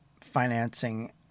financing